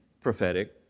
prophetic